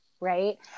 right